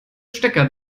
stecker